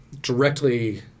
directly